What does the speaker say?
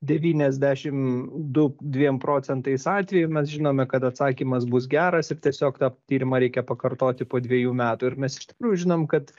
devyniasdešimt du dviem procentais atveju mes žinome kad atsakymas bus geras ir tiesiog tą tyrimą reikia pakartoti po dviejų metų ir mes iš tikrųjų žinom kad